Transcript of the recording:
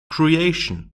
creation